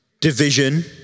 division